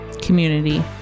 community